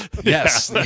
Yes